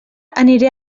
aniré